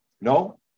No